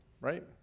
right